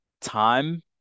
time